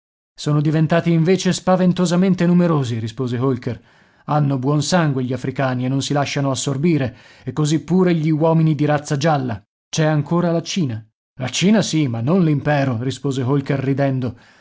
sono diventati invece spaventosamente numerosi rispose holker hanno buon sangue gli africani e non si lasciano assorbire e così pure gli uomini di razza gialla c'è ancora la cina la cina sì ma non l'impero rispose holker ridendo